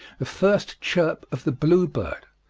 the first chirp of the blue bird,